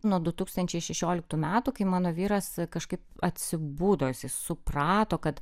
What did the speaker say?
nuo du tūkstančiai šešioliktų metų kai mano vyras kažkaip atsibudusi suprato kad